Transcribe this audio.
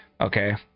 Okay